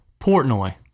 Portnoy